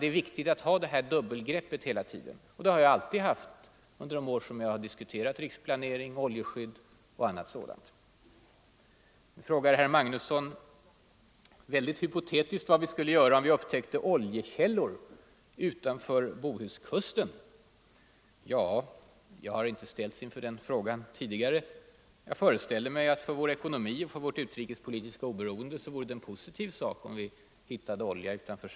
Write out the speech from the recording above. Det är viktigt att hela tiden använda detta dubbelgrepp, jag har alltid gjort det under de år jag diskuterat riksplanering, oljeskydd och liknande frågor. Herr Magnusson i Tanum undrar, väldigt hypotetiskt, vad vi skulle 135 göra om vi upptäckte oljekällor utanför Bohuskusten. Jag har inte ställts inför den frågan tidigare. Men jag föreställer mig att det vore positivt för vår ekonomi och vårt utrikespolitiska oberoende att hitta olja i den svenska delen av Nordsjön.